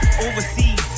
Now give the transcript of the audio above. Overseas